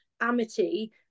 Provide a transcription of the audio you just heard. Amity